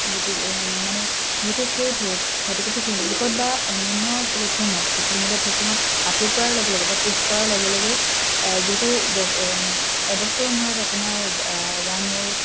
গতিকে মানে যিহেতু সেই ফ ফটোকপি ফে'চবুকত বা অন্যান্য প্লেটফৰ্মত ছ'চিয়েল মিডিয়া প্লেটফৰ্মত আপলোড কৰাৰ লগে লগে বা প'ষ্ট কৰাৰ লগে লগে যিহেতু এবছৰৰ মূৰত আপোনাৰ ওৱান ইয়েৰ